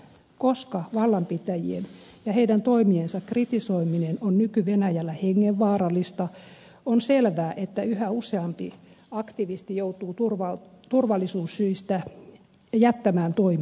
koska vallanpitäjien ja heidän toimiensa kritisoiminen on nyky venäjällä hengenvaarallista on selvää että yhä useampi aktivisti joutuu turvallisuussyistä jättämään toiminnan